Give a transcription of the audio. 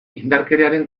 indarkeriaren